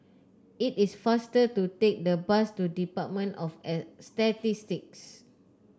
it is faster to take the bus to Department of as Statistics